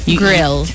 grill